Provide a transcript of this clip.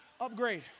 Upgrade